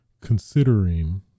considering